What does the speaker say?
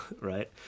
right